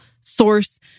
source